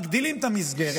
מגדילים את המסגרת,